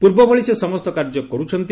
ପୂର୍ବଭଳି ସେ ସମସ୍ତ କାର୍ଯ୍ୟ କର୍ବଛନ୍ତି